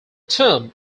term